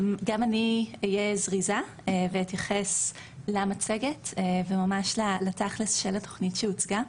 גם אני אהיה זריזה ואתייחס למצגת וממש לתכלס של התוכנית שהוצגה.